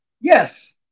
Yes